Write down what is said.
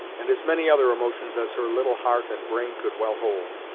and as many other emotions as her little heart and brain could well hold.